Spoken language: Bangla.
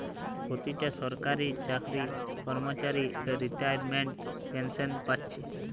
পোতিটা সরকারি চাকরির কর্মচারী রিতাইমেন্টের পেনশেন পাচ্ছে